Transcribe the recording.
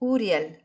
Uriel